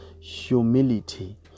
humility